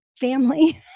family